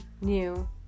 new